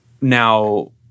now